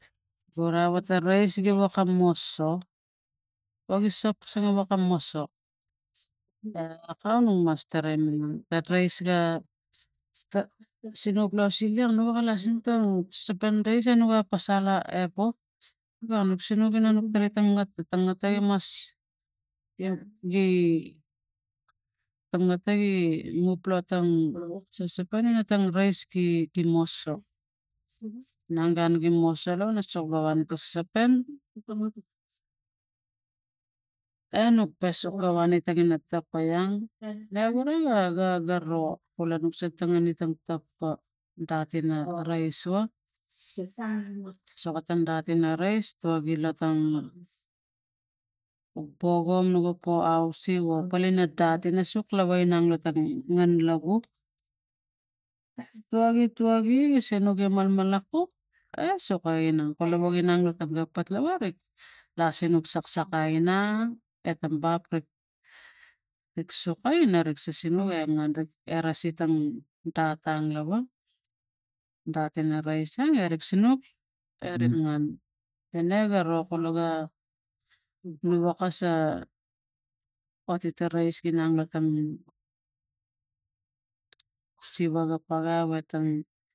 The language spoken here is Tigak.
Kura wata rais giwaka moso woke soksongi moso ekam nu mas taraim manang ga rais ga ka sinuk lo suliak nu we weliak solu ta sosopen rais a nu ga pasal e pok e wang nuk sinuk ina tangin ta ngata ta ngata imas i gi ta ngat gi mup la tang sosopen ina tang gi moso na gun ki moso lava ga sogo lo ta sosopen e nuk pasuk la wani tani toko iai ne vura ga garo kula nu sang tangine ta kam ta dat ina rais wa sokotang dat ina rais tua gila tang bogo nuga po ausik wo palina dat ina suk lava ina atang ngan lo u tuagi tuagi sinuk i malalakuk e suko inang kuluvai inang la tang la pa patlava rik la sinuk saksakai inang e tam bap rik rik sukai narik sinsinuk e ngan rik e ra sikan dat tang lava dat ina rais ang erik sinuk e rik ngan e ga ro kulu ga iwokasa oti ta rais ginang tang siva ga palai watang.